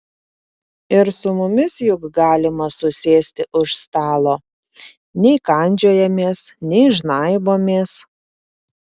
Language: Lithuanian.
ir su mumis juk galima susėsti už stalo nei kandžiojamės nei žnaibomės